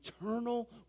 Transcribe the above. eternal